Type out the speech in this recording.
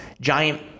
giant